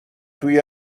توی